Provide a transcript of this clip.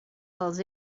pels